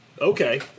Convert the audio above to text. Okay